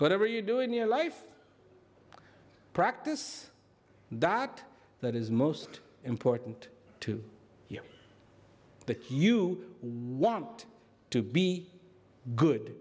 whatever you do in your life practice that that is most important to you the you want to be good